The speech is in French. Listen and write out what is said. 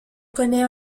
connaît